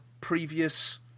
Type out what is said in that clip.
previous